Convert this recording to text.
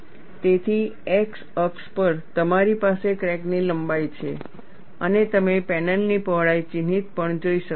તેથી x અક્ષ પર તમારી પાસે ક્રેકની લંબાઈ છે અને તમે પેનલની પહોળાઈ ચિહ્નિત પણ જોઈ શકો છો